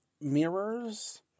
mirrors